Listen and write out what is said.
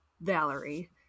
Valerie